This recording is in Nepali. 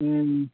उम्